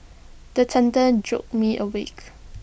the thunder jolt me awake